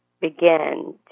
began